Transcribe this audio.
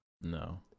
No